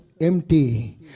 empty